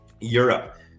Europe